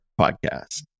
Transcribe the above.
podcast